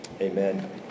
Amen